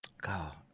God